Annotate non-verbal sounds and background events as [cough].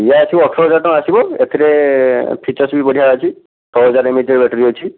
ଇଏ ଆସିବ ଅଠର ହଜାର ଟଙ୍କା ଆସିବ ଏଥିରେ ଫିଚର୍ସ ବି ବଢ଼ିଆ ଅଛି ଶହେ [unintelligible] ବ୍ୟାଟେରୀ ଅଛି